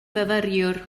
fyfyriwr